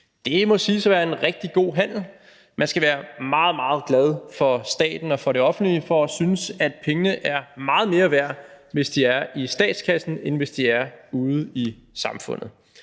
Det må siges at være en rigtig god handel. Man skal være meget, meget glad for staten og for det offentlige for at synes, at pengene er meget mere værd, hvis de er i statskassen, end de er, hvis de er ude i samfundet.